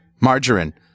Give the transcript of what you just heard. margarine